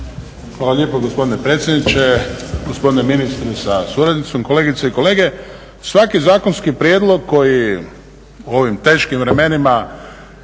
Hvala lijepo gospodine predsjedniče. Gospodine ministre sa suradnicom, kolegice i kolege svaki zakonski prijedlog koji u ovim teškim vremenima